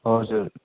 हजुर